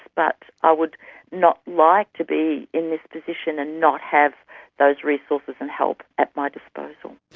but i would not like to be in this position and not have those resources and help at my disposal.